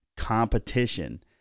Competition